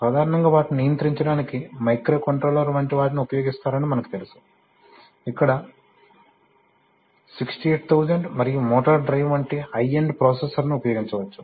సాధారణంగా వాటిని నియంత్రించడానికి మైక్రోకంట్రోలర్ల వంటి వాటిని ఉపయోగిస్తారని మనకు తెలుసు ఇక్కడ 68000 మరియు మోటారు డ్రైవ్ వంటి హై ఎండ్ ప్రాసెసర్ను ఉపయోగించవచ్చు